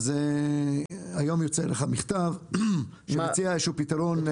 אז היום יצא אליך מכתב שמציע איזה שהוא פתרון.